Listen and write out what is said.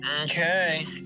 Okay